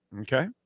Okay